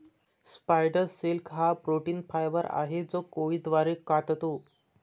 spider silk हा protein fibre आहे जो कोळी द्वारे काततो